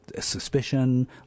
suspicion